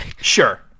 Sure